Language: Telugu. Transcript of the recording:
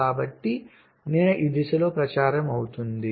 కాబట్టి నీడ ఈ దిశలో ప్రచారం అవుతుంది